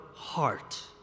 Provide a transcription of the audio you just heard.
Heart